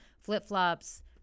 flip-flops